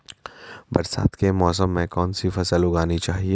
बरसात के मौसम में कौन सी फसल उगानी चाहिए?